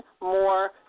more